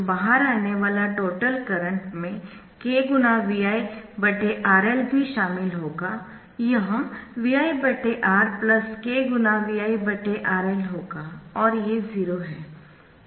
तो बाहर आने वाले टोटल करंट में kVi RL भी शामिल होगा यह Vi R k × Vi RL होगा और ये 0 है